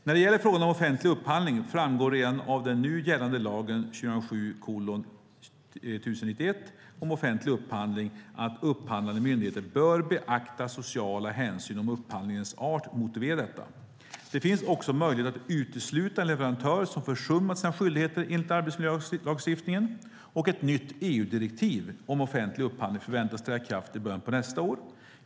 När det gäller frågan om offentlig upphandling framgår redan av den nu gällande lagen om offentlig upphandling att upphandlande myndigheter bör beakta sociala hänsyn om upphandlingens art motiverar detta. Det finns också möjlighet att utesluta en leverantör som försummat sina skyldigheter enligt arbetsmiljölagstiftningen. Ett nytt EU-direktiv om offentlig upphandling förväntas träda i kraft i början av nästa år.